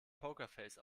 pokerface